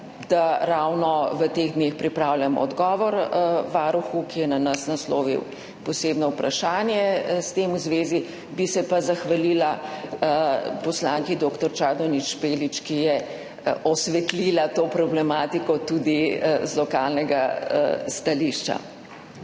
da ravno v teh dneh pripravljamo odgovor Varuhu, ki je na nas naslovil posebno vprašanje v zvezi s tem. Bi se pa zahvalila poslanki dr. Čadonič Špelič, ki je osvetlila to problematiko tudi z lokalnega stališča.